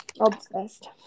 Obsessed